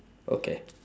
okay